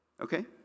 Okay